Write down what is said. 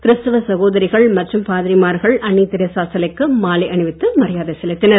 கிறிஸ்துவ சகோதரிகள் மற்றும் குருமார்கள் அன்னை தெரசா சிலைக்கு மாலை அணிவித்து மரியாதை செலுத்தினர்